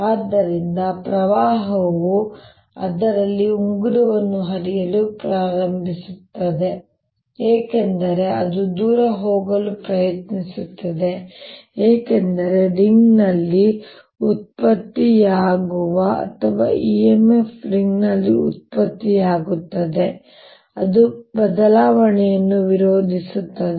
ಆದ್ದರಿಂದ ಪ್ರವಾಹವು ಅದರಲ್ಲಿ ಉಂಗುರವನ್ನು ಹರಿಯಲು ಪ್ರಾರಂಭಿಸುತ್ತದೆ ಏಕೆಂದರೆ ಅದು ದೂರ ಹೋಗಲು ಪ್ರಯತ್ನಿಸುತ್ತದೆ ಏಕೆಂದರೆ ರಿಂಗ್ನಲ್ಲಿ ಉತ್ಪತ್ತಿಯಾಗುವ ಅಥವಾ emf ರಿಂಗ್ನಲ್ಲಿ ಉತ್ಪತ್ತಿಯಾಗುತ್ತದೆ ಅದು ಬದಲಾವಣೆಯನ್ನು ವಿರೋಧಿಸುತ್ತದೆ